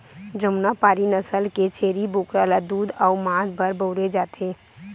जमुनापारी नसल के छेरी बोकरा ल दूद अउ मांस बर बउरे जाथे